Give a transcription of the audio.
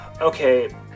Okay